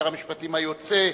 שר המשפטים היוצא,